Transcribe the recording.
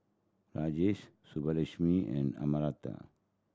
Rajesh Subbulakshmi and Amartya